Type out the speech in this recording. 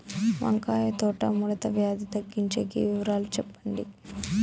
వంకాయ తోట ముడత వ్యాధి తగ్గించేకి వివరాలు చెప్పండి?